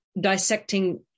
dissecting